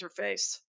interface